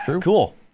cool